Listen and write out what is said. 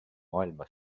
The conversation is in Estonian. maailma